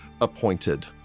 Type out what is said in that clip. appointed